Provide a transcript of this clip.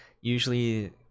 usually